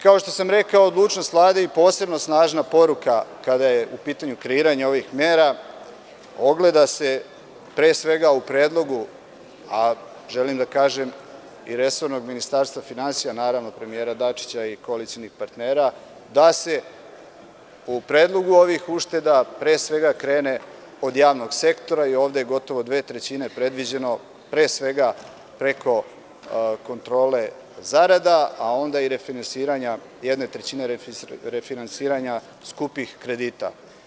Kao što sam rekao, odlučnost Vlade i posebno snažna poruka kada je u pitanju kreiranje ovih mera ogleda se pre svega u predlogu, a želim da kažem i resornog Ministarstva finansija, naravno premijera Dačića i koalicionih partnera, da se u predlogu ovih ušteda, pre svega, krene od javnog sektora i ovde je gotovo dve trećine predviđeno pre svega, preko kontrole zarada, a onda i refinansiranja jedne trećine refinansiranja skupih kredita.